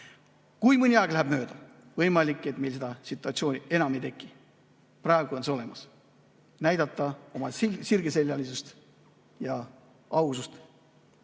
Kui mõni aeg läheb mööda, siis on võimalik, et meil seda situatsiooni enam ei teki. Praegu on see olemas, me [saame] näidata oma sirgeselgsust ja ausust.